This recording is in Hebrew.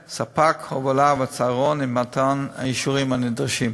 ספק, הובלה והצהרון, ומתן האישורים הנדרשים,